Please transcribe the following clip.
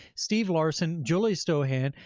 steve larsen, julie stoian,